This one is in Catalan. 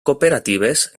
cooperatives